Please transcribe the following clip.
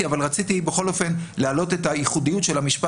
אבל רציתי בכל אופן להעלות את הייחודיות של המשפט